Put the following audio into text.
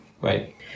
Right